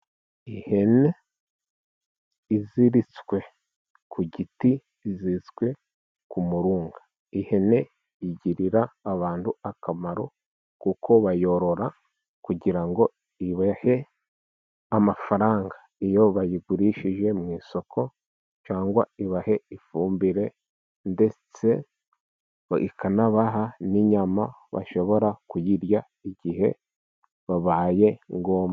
Ihene iziritswe ku giti, iziritswe ku murunga. Ihene igirira abantu akamaro kuko bayorora kugira ngo ibahe amafaranga, iyo bayigurishije mu isoko. Cyangwa ibahe ifumbire, ndetse ikanabaha n'inyama. Bashobora kuyirya igihe bibaye ngombwa.